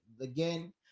again